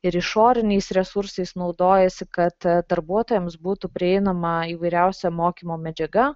ir išoriniais resursais naudojasi kad darbuotojams būtų prieinama įvairiausia mokymo medžiaga